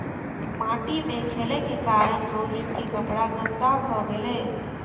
माटि मे खेलै के कारण रोहित के कपड़ा गंदा भए गेलै